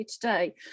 today